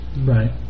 Right